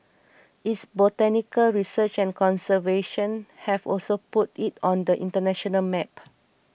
its botanical research and conservation have also put it on the international map